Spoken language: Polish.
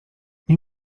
nie